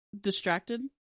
distracted